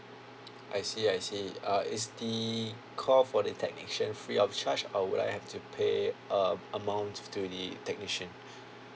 I see I see uh is the call for the technician free of charge or would I have to pay um amount to the technician